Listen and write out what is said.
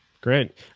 Great